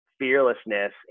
fearlessness